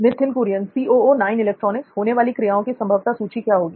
नित्थिन कुरियन होने वाली क्रियाओं की संभवत सूची क्या होगी